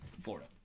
Florida